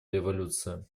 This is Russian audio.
революция